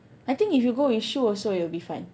I think if you go with Shu also it'll be fun